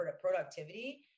productivity